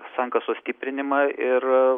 sankasos stiprinimą ir